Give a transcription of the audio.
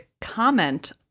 comment